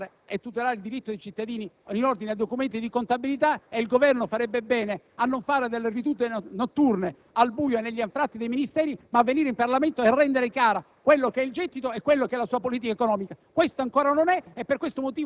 fare le cose di fretta, perché non si consente al Parlamento di verificare e tutelare il diritto dei cittadini in ordine ai documenti di contabilità. Il Governo farebbe bene a non fare sedute notturne, al buio e negli anfratti dei Ministeri, ma a venire in Parlamento a rendere noti